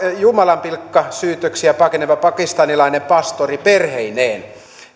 jumalanpilkkasyytöksiä pakeneva pakistanilainen pastori perheineen